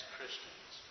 Christians